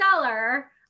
seller